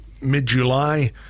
mid-July